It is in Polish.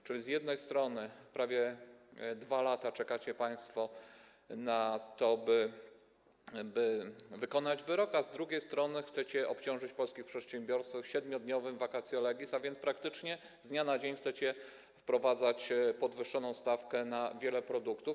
A zatem z jednej strony prawie 2 lata czekacie państwo na to, by wykonać wyrok, a z drugiej strony chcecie obciążyć polskich przedsiębiorców 7-dniowym vacatio legis, a więc praktycznie z dnia na dzień chcecie wprowadzać podwyższoną stawkę na wiele produktów.